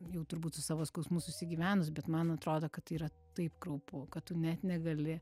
jau turbūt su savo skausmus susigyvenus bet man atrodo kad yra taip kraupu kad tu net negali